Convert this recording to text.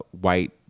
white